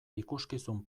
ikuskizun